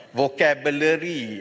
vocabulary